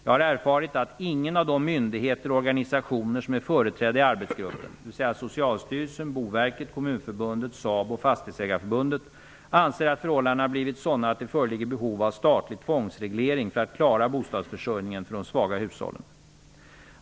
Jag har erfarit att ingen av de myndigheter och organisationer som är företrädda i arbetsgruppen, dvs. Socialstyrelsen, Fastighetsägareförbundet, anser att förhållandena blivit sådana att det föreligger behov av statlig tvångsreglering för att klara bostadsförsörjningen för de svaga hushållen.